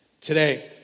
Today